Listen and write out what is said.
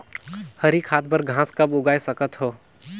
हरी खाद बर घास कब उगाय सकत हो?